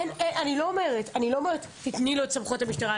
אני לא אומרת שתתני לו את סמכויות המשטרה.